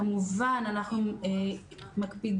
כמובן אנחנו מקפידים,